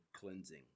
cleansing